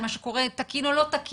אם מה שקורה תקין או לא תקין.